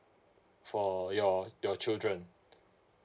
for your your children